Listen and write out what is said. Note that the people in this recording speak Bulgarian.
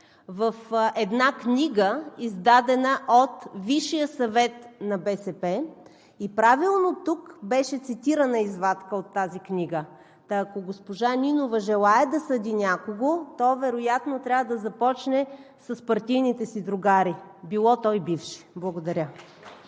в една книга, издадена от Висшия съвет на БСП. И правилно тук беше цитирана извадка от тази книга. Та, ако госпожа Нинова желае да съди някого, то вероятно трябва да започне с партийните си другари, било то и бивши. Благодаря.